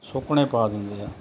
ਸੁੱਕਣੇ ਪਾ ਦਿੰਦੇ ਆ